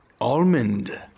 almond